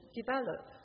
develop